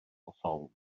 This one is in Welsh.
hollol